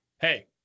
Hey